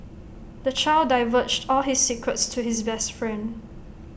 the child divulged all his secrets to his best friend